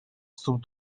stóp